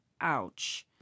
Ouch